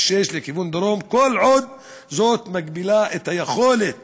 6 לכיוון דרום כל עוד היא מגבילה את היכולת